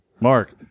Mark